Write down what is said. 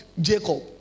Jacob